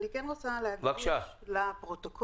אני רוצה להגיד לפרוטוקול.